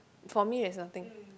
for me there's nothing